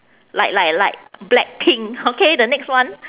like like like blackpink okay the next one